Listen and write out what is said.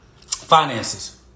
Finances